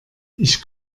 ich